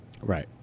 Right